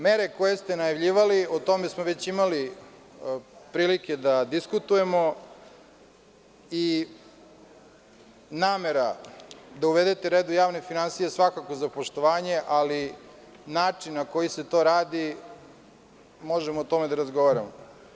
Mere koje ste najavljivali, o tome smo već imali prilike da diskutujemo, i namera da uvedete red u javne finansije, svakako za poštovanje, ali način na koji se to radi možemo o tome da razgovaramo.